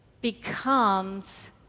becomes